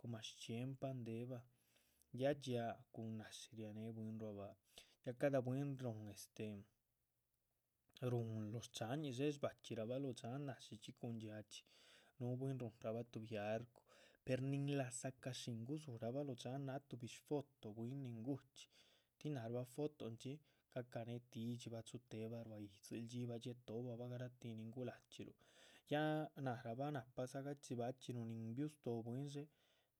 Coma shchxiempahan dxé bah ya dxiáac cun náshi rianehe bwín ruá báha ya cada bwín rúhun este, rúhun lóh dxáhanñih dshéhe, shbachxirahbah lóh dxáhan chxí chxí. cun dxiáac chxí núhu bwín rúhunrabah tuhbi arcu, per nin laza´cah shín gudzurahba lóho dxáhan náha, tuhbi shto bwín nin gu´chxí tin náharba fotinchxi gacanéhe tidxíbah. chutehebah ruá yídziluh dhxibah dhxietobahaba garatih nin gulachxíluh ya náharabah náhpa gachibachxinuh nin biúhu stóho bwín